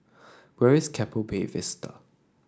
where is Keppel Bay Vista